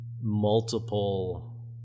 multiple